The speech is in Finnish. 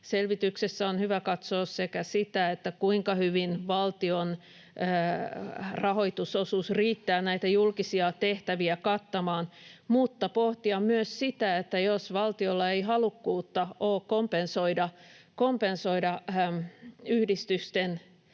Selvityksessä on hyvä katsoa sitä, kuinka hyvin valtion rahoitusosuus riittää näitä julkisia tehtäviä kattamaan, mutta pohtia myös sitä, että jos valtiolla ei ole halukkuutta kompensoida yhdistyksille